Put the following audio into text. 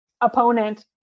opponent